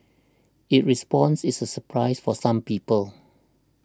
its response is a surprise for some people